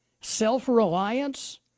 self-reliance